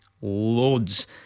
Loads